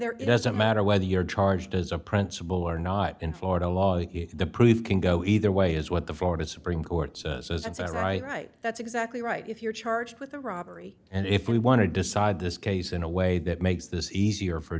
there it doesn't matter whether you're charged as a principle or not in florida law if the proof can go either way is what the florida supreme court says it's a right right that's exactly right if you're charged with a robbery and if we want to decide this case in a way that makes this easier for